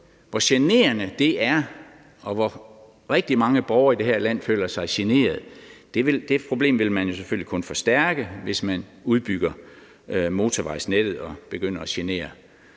hvor generende det er, og at rigtig mange borgere i det her land følger sig generet af det. Det problem vil man jo selvfølgelig kun forstærke, hvis man udbygger motorvejsnettet og begynder at genere